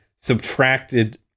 subtracted